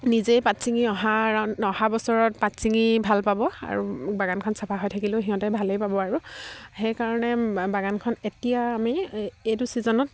নিজেই পাত চিঙি অহা অহা বছৰত পাত চিঙি ভাল পাব আৰু বাগানখন চাফা হৈ থাকিলেও সিহঁতে ভালেই পাব আৰু সেইকাৰণে বাগানখন এতিয়া আমি এইটো ছিজনত